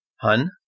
Hun